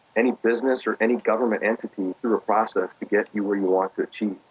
any business or any government entity through a process get you where you want to achieve.